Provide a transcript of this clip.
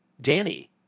Danny